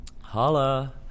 Holla